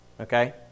Okay